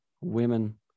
women